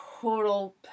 total